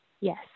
Yes